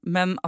Men